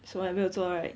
什么还没有做 right